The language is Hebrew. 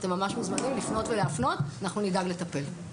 אתם ממש מוזמנים לפנות ולהפנות אנחנו נדאג לטפל.